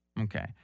Okay